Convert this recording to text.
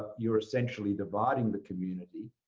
ah you're essentially dividing the community.